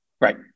Right